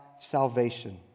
salvation